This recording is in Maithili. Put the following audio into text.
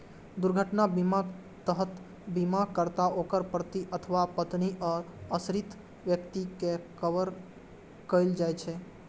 दुर्घटना बीमाक तहत बीमाकर्ता, ओकर पति अथवा पत्नी आ आश्रित व्यक्ति कें कवर कैल जाइ छै